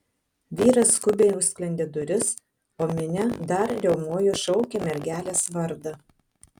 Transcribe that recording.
vyras skubiai užsklendė duris o minia dar riaumojo šaukė mergelės vardą